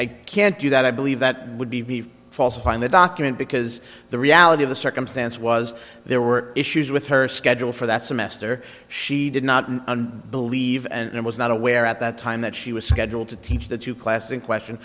can't do that i believe that would be falsifying the document because the reality of the circumstance was there were issues with her schedule for that semester she did not believe and was not aware at that time that she was scheduled to teach the two classes in question